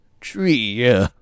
tree